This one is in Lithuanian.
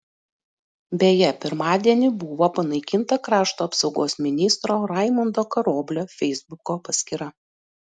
beje pirmadienį buvo panaikinta krašto apsaugos ministro raimundo karoblio feisbuko paskyra